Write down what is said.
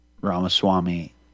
Ramaswamy